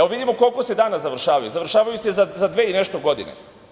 Vidimo za koliko se danas završavaju, završavaju se za dve i nešto godine.